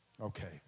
Okay